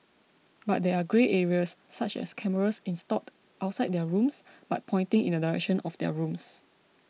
but there are grey areas such as cameras installed outside their rooms but pointing in the direction of their rooms